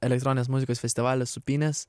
elektroninės muzikos festivalis sūpynės